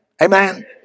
amen